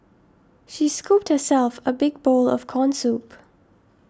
she scooped herself a big bowl of Corn Soup